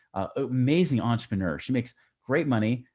amazing entrepreneur. she makes great money,